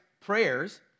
prayers